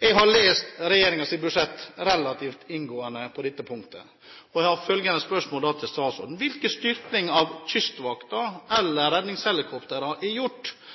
Jeg har lest regjeringens budsjett relativt inngående på dette punktet, og jeg har følgende spørsmål til statsråden: Hvilken styrking av Kystvakten eller redningshelikoptertjenesten er gjort